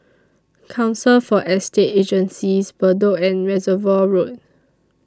Council For Estate Agencies Bedok and Reservoir Road